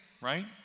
right